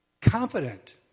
confident